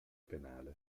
penale